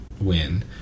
win